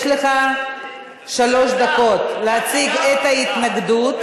יש לך שלוש דקות להציג את ההתנגדות.